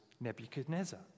Nebuchadnezzar